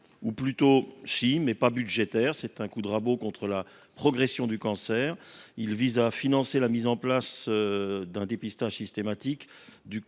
de rabot, mais pas budgétaire : c’est un coup de rabot contre la progression du cancer ! Il vise en effet à financer la mise en place d’un dépistage systématique